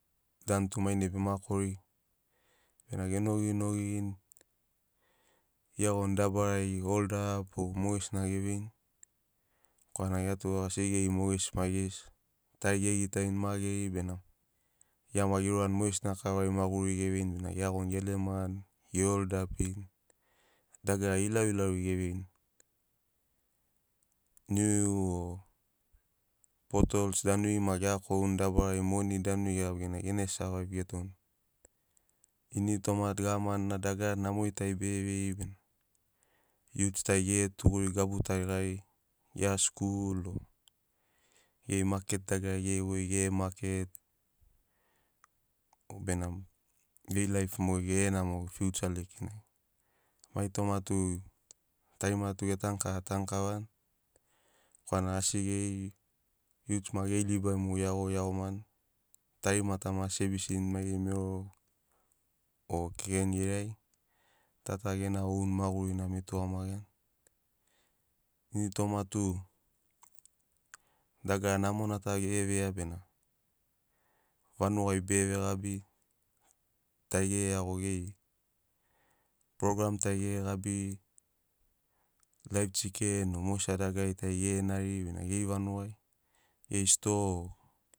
Danu tu mainai bema kori bena genogi nogi iagoni dabarai holdap o mogesina geveini korana gia tu asi geri mogesi maigesi tari gegitarini mageri bena gia maki geurani mogesina kavari maguriri geveini bena geiagoni gelemani ge holdapini dagara ilauilauri geveirini. Niu o potouls danuri ma ge kouni mon danuri gegabi gana gene savaiv getoni initoma tu gavman na dagara namori tari bere veiri bena youths tari gere tuguri gabu tari gari gerea skul o geri maket dagarari gere voi gere maket benamo geri laif mo gere namo fiucha lekenai. Mai toma tu tarima tu getanu kava tanu kavani korana asi geri youths maki geri libai mogo geiagoni geiagomani tarimata maki asi e bisini mai geri mero o kekeni geri ai ta ta gena oun magurina mogo e tugamagiani ini toma tu dagara namona ta gere veia bena vanugai bere vegabi tari gereiago geri program tari gere gabiri laiv chiken o mogesina dagarari tari genariri bena geri vanugai stoa o